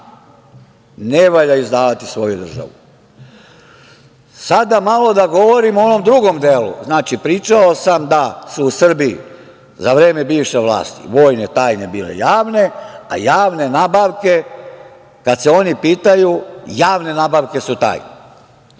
ne valja izdavati svoju državu. Sada malo da govorimo o onom drugom delu. Znači, pričao sam da su u Srbiji za vreme bivše vlasti vojne tajne bile javne, a javne nabavke kad se oni pitaju javne nabavke su tajne. Naime,